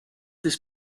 this